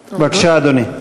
בבקשה, אדוני.